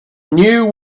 knew